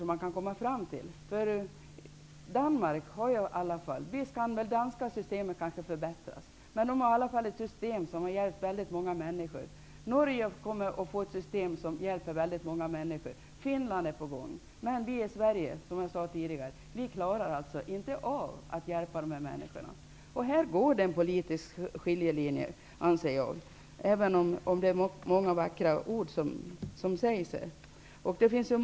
I Danmark har man ett system som har hjälpt väldigt många människor, även om det danska systemet kanske också kan förbättras. I Norge kommer man att inrätta ett system som kommer att hjälpa väldigt många människor. I Finland är man också på gång. I Sverige klarar vi alltså inte av, som jag sade tidigare, att hjälpa dessa människor. Jag anser att det går en politisk skiljelinje här, även om det är många vackra ord som sägs.